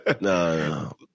no